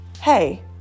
hey